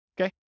Okay